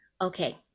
okay